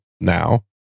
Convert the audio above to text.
now